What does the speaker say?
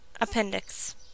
Appendix